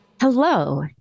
hello